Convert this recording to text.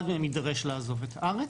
אחד מהם יידרש לעזוב את הארץ.